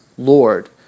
Lord